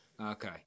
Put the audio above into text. Okay